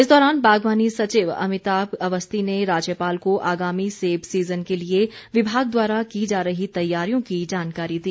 इस दौरान बागवानी सचिव अमिताभ अवस्थी ने राज्यपाल को आगामी सेब सीजन के लिए विभाग द्वारा की जा रही तैयारियों की जानकारी दी